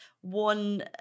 one